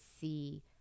see